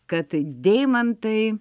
kad deimantai